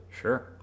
sure